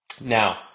Now